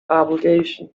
obligation